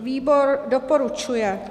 Výbor doporučuje.